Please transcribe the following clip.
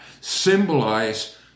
symbolize